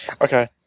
Okay